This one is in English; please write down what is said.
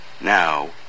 now